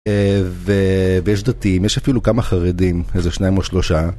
ויש דתיים, יש אפילו כמה חרדים, איזה שניים או שלושה.